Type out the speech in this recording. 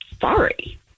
sorry